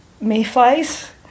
Mayflies